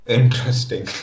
interesting